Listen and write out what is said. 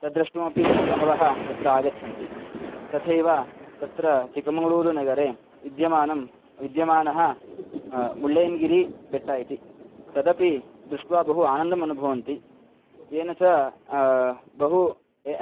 तद् द्रष्टुमपि बहवः तत्र आगच्छन्ति तथैव तत्र चिक्कमङ्गळूरुनगरे विद्यामनः विद्यमानः मुळ्ळय्यनगिरिः बेट्ट इति तदपि दृष्ट्वा बहु आनन्दमनुभवन्ति येन च बहु ये